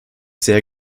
sehr